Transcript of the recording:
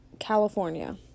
California